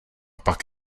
pak